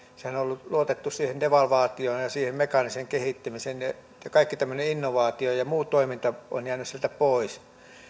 siinähän on luotettu siihen devalvaatioon ja ja siihen mekaaniseen kehittymiseen ja kaikki tämmöinen innovaatio ja muu toiminta on jäänyt sieltä pois